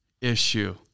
issue